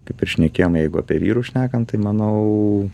kaip ir šnekėjom jeigu apie vyrus šnekant tai manau